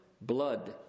blood